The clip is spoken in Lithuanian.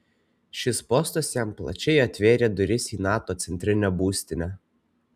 šis postas jam plačiai atvėrė duris į nato centrinę būstinę